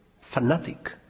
fanatic